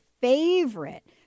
favorite